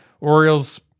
Orioles